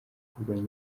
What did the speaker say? kurwanya